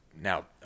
Now